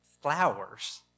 flowers